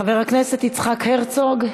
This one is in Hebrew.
חבר הכנסת יצחק הרצוג,